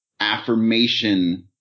affirmation